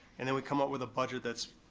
and then we come up with a budget that's,